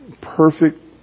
perfect